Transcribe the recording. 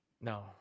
No